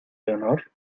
leonor